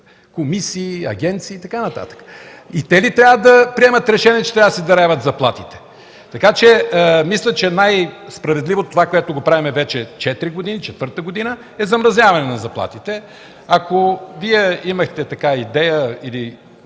комисии, агенции и така нататък. И те ли трябва да приемат решение, че трябва да си даряват заплатите? Мисля, че е най-справедливо това, което правим вече четвърта година – замразяване на заплатите. Ако Вие имахте идея, или